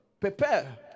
prepare